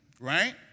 Right